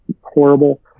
horrible